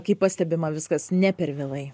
kai pastebima viskas ne per vėlai